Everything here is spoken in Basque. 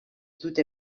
dute